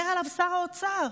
מה שדיבר עליו שר האוצר.